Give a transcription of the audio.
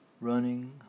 running